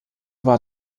war